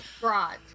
Right